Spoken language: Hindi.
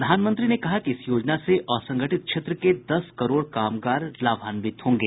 प्रधानमंत्री ने कहा कि इस योजना से असंगठित क्षेत्र के दस करोड़ कामगार लाभान्वित होंगे